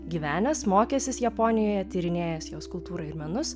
gyvenęs mokęsis japonijoje tyrinėjęs jos kultūrą ir menus